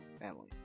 family